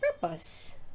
purpose